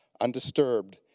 undisturbed